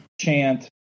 chant